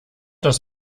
das